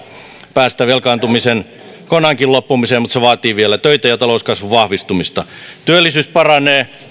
päästä velkaantumisen loppumiseen kokonaankin mutta se vaatii vielä töitä ja talouskasvun vahvistumista työllisyys paranee